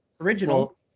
original